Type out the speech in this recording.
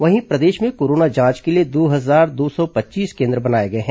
वहीं प्रदेश में कोरोना जांच के लिए दो हजार दो सौ पच्चीस केन्द्र बनाए गए हैं